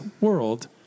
world